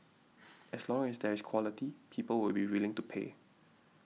as long as there is quality people will be willing to pay